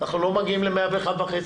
אנחנו לא מגיעים ל-101.5%.